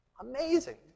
Amazing